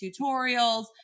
tutorials